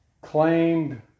claimed